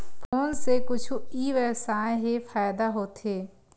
Phone से कुछु ई व्यवसाय हे फ़ायदा होथे?